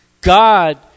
God